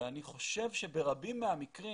אני חושב שברבים מהמקרים,